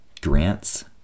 grants